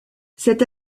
cette